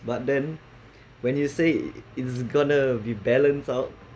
but then when you say it's gonna be balance out